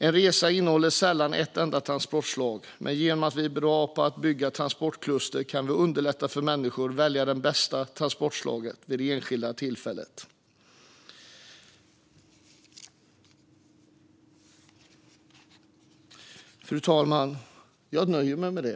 En resa innehåller sällan ett ensamt transportslag, men genom att vi är bra på att bygga transportkluster kan vi underlätta för människor att välja det bästa transportslaget vid det enskilda tillfället.